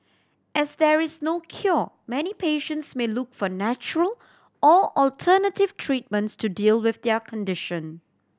as there is no cure many patients may look for natural or alternative treatments to deal with their condition